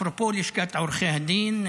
אפרופו לשכת עורכי הדין,